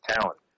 talent